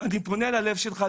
פונה ללב שלך,